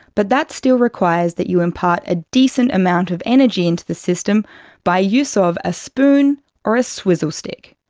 but that still requires that you impart a decent amount of energy into the system by use so of a spoon or a swizzle stick.